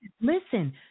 Listen